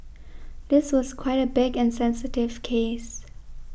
this was quite a big and sensitive case